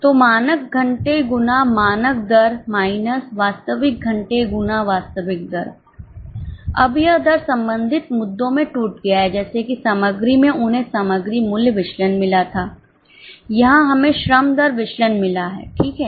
तो मानक घंटे गुना मानक दर माइनस वास्तविक घंटे गुना वास्तविक दर अब यह दर संबंधित मुद्दों में टूट गया है जैसे कि सामग्री में उन्हें सामग्री मूल्य विचलन मिला था यहां हमें श्रम दर विचलन मिला है ठीक हैं